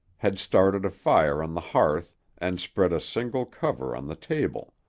had started a fire on the hearth and spread a single cover on the table.